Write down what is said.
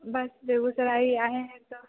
बस बेगूसराय ही आए हैं तो